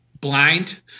blind